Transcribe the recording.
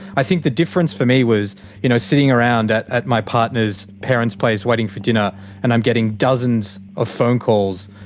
i think the difference for me was you know sitting around at at my partner's parents' place waiting for dinner and i'm getting dozens of phone calls,